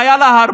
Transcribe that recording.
במילים